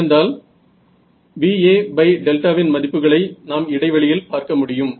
ஏனென்றால் VA வின் மதிப்புகளை நாம் இடைவெளியில் பார்க்க முடியும்